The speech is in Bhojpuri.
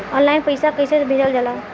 ऑनलाइन पैसा कैसे भेजल जाला?